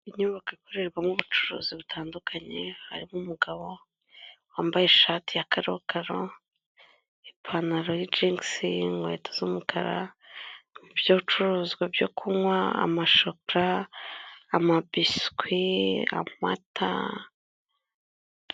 Inyubako ikorerwamo ubucuruzi butandukanye, harimo umugabo wambaye ishati ya karokaro, ipantaro y'ijingisi, inkweto z'umukara, mu bicuruzwa byo kunywa, amashoka amabiswi, amata.